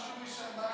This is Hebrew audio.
זה החבר שלו.